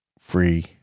free